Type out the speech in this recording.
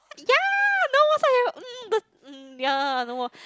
ya no but mm yeah no